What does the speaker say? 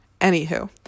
Anywho